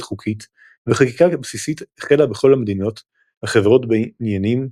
חוקית וחקיקה בסיסית החלה בכל המדינות החברות בעניינים,